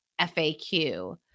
FAQ